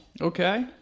Okay